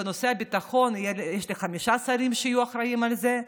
ובנושא הביטחון יש חמישה שרים שיהיו אחראים על זה,